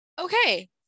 okay